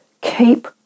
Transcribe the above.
Keep